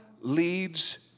leads